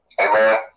Amen